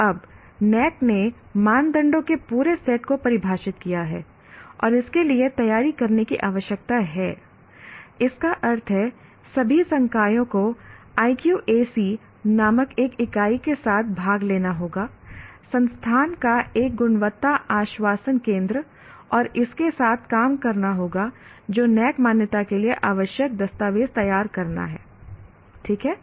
अब NAAC ने मानदंडों के पूरे सेट को परिभाषित किया है और इसके लिए तैयारी करने की आवश्यकता है इसका अर्थ है सभी संकायों को IQAC नामक एक इकाई के साथ भाग लेना होगा संस्थान का एक गुणवत्ता आश्वासन केंद्र और इसके साथ काम करना होगा जो NAAC मान्यता के लिए आवश्यक दस्तावेज तैयार करना ठीक है